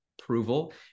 approval